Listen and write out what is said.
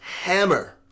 hammer